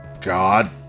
God